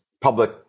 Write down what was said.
public